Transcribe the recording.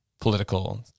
political